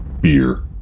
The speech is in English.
Beer